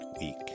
week